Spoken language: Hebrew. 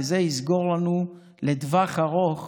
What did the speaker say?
וזה יסגור לנו לטווח ארוך